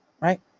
Right